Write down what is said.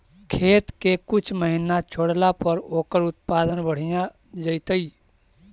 खेत के कुछ महिना छोड़ला पर ओकर उत्पादन बढ़िया जैतइ?